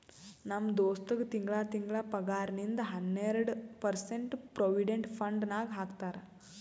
ನಮ್ ದೋಸ್ತಗ್ ತಿಂಗಳಾ ತಿಂಗಳಾ ಪಗಾರ್ನಾಗಿಂದ್ ಹನ್ನೆರ್ಡ ಪರ್ಸೆಂಟ್ ಪ್ರೊವಿಡೆಂಟ್ ಫಂಡ್ ನಾಗ್ ಹಾಕ್ತಾರ್